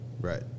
Right